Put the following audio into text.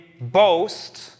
boast